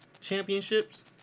championships